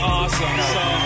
awesome